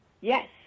yes